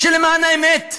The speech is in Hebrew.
שלמען האמת,